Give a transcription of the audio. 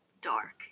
Dark